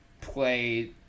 play